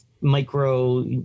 micro